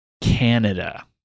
Canada